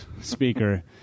speaker